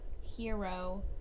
Hero